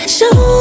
Show